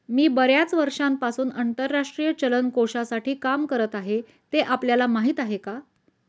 मी बर्याच वर्षांपासून आंतरराष्ट्रीय चलन कोशासाठी काम करत आहे, ते आपल्याला माहीत आहे का?